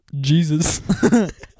Jesus